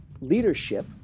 leadership